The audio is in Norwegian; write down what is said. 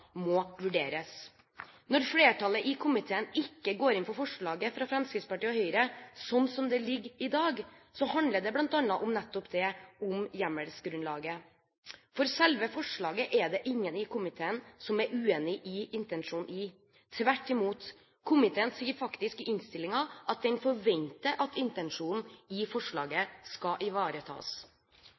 må vurderes. Når flertallet i komiteen ikke går inn for forslaget fra Fremskrittspartiet og Høyre slik som det ligger i dag, handler det bl.a. om nettopp det: hjemmelsgrunnlaget. Selve forslaget er det ingen i komiteen som er uenig i intensjonen i. Tvert imot – komiteen sier faktisk i innstillingen at den forventer at intensjonen i forslaget skal ivaretas.